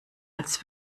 als